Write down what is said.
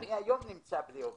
היום אני נמצא בלי עובד.